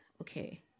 okay